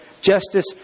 justice